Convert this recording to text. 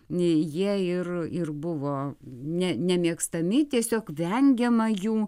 nei jie ir ir buvo ne nemėgstami tiesiog vengiama jų